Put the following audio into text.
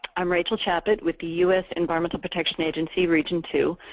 i'm rachel chaput with the us environmental protection agency, region two,